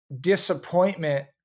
disappointment